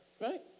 right